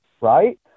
right